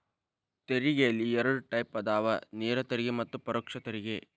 ತೆರಿಗೆಯಲ್ಲಿ ಎರಡ್ ಟೈಪ್ ಅದಾವ ನೇರ ತೆರಿಗೆ ಮತ್ತ ಪರೋಕ್ಷ ತೆರಿಗೆ